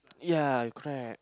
ya crap